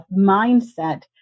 mindset